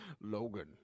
Logan